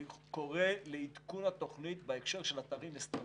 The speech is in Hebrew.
אני קורא לעדכון התוכנית בהקשר של האתרים האסטרטגיים.